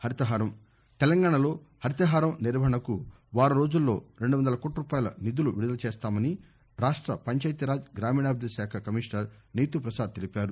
హరితహారం తెలంగాణలో హరితహారం నిర్వహణకు వారం రోజుల్లో రెండు వందల కోట్ల రూపాయల నిధులు విడుదల చేస్తామని రాష్ట పంచాయతీరాజ్ గ్రామీణాభివృద్దిశాఖ కమీషనర్ నీతూ పసాద్ తెలిపారు